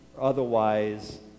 otherwise